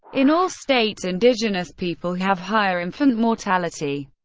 in all states indigenous people have higher infant mortality,